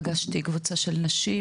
פגשתי קבוצה של נשים,